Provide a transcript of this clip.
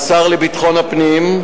לשר לביטחון הפנים.